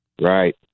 Right